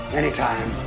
anytime